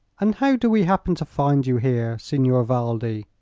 and how do we happen to find you here, signor valdi?